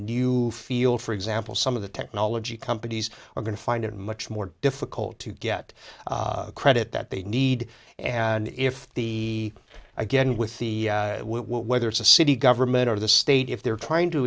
new field for example some of the technology companies are going to find it much more difficult to get credit that they need and if he again with the whether it's a city government or the state if they're trying to